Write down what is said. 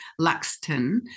Luxton